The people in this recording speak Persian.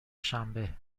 شنبه